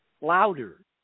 louder